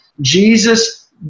Jesus